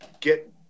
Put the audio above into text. get